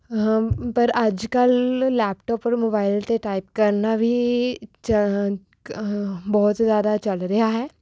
ਪਰ ਅੱਜ ਕੱਲ੍ਹ ਲੈਪਟੋਪ ਅਰ ਮੋਬਾਈਲ 'ਤੇ ਟਾਈਪ ਕਰਨਾ ਵੀ ਚ ਕ ਬਹੁਤ ਜ਼ਿਆਦਾ ਚੱਲ ਰਿਹਾ ਹੈ